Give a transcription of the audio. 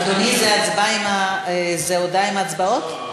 אדוני, זו הודעה עם הצבעות?